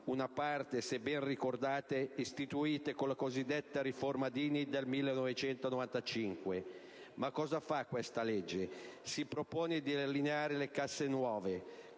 una parte - se ben ricordate - istituite con la cosiddetta riforma Dini del 1995. Ma cosa fa questa legge? Si propone di allineare le casse nuove,